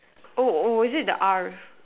oh oh is it the R